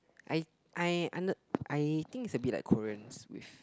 I I and I I think is abit like Koreans with